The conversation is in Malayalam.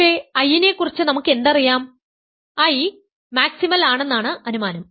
പക്ഷേ I നേക്കുറിച്ച് നമുക്കെന്തറിയാം I മാക്സിമൽ ആണെന്നാണ് അനുമാനം